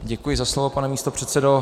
Děkuji za slovo, pane místopředsedo.